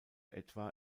etwa